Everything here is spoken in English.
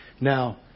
Now